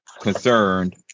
concerned